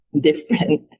different